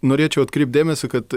norėčiau atkreipt dėmesį kad